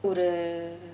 ஒரு:oru